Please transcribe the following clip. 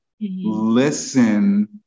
listen